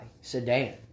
sedan